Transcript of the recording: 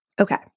Okay